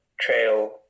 Trail